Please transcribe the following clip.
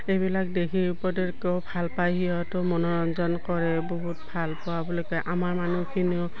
এইবিলাক ভাল পায় সিহঁতো মনোৰঞ্জন কৰে বহুত ভাল পোৱা বুলি কয় আমাৰ মানুহখিনিও